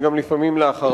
ולפעמים גם לאחר מכן.